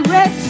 Red